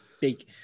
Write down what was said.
big